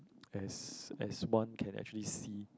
as as one can actually see